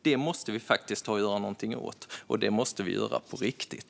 Det måste vi faktiskt göra någonting åt, och det måste vi göra på riktigt.